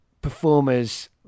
performers